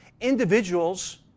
Individuals